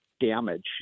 damage